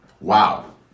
Wow